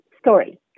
story